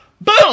Boom